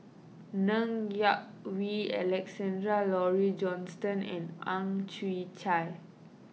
Ng Yak Whee Alexander Laurie Johnston and Ang Chwee Chai